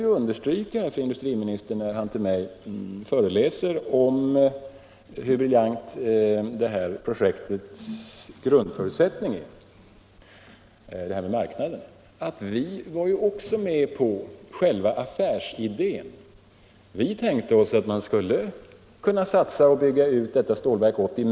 Och när industriministern här föreläser för mig om hur briljant just det här projektets grundförutsättning är —- alltså detta med marknaden -— vill jag påminna om att vi ju också var med på själva affärsidén. Vi var med på att man skulle satsa och bygga ut Stålverk 80.